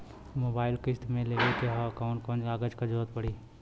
Mobile किस्त मे लेवे के ह कवन कवन कागज क जरुरत पड़ी?